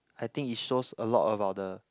I think it shows a lot about the